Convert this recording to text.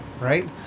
right